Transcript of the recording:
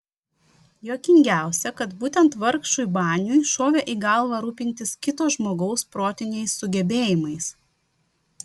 juokingiausia kad būtent vargšui baniui šovė į galvą rūpintis kito žmogaus protiniais sugebėjimais